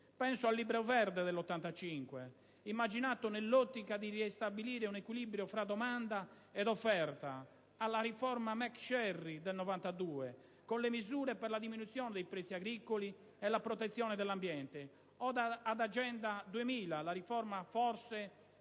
Penso al Libro verde del 1985, immaginato nell'ottica di ristabilire un equilibrio fra domanda ed offerta, alla riforma MacSharry del 1992, con le misure per la diminuzione dei prezzi agricoli e la protezione dell'ambiente, o ad Agenda 2000, la riforma forse